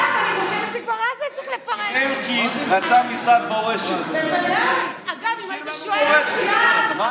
אלקין רצה משרד מורשת, השאיר לנו מורשת.